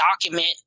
document